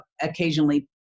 occasionally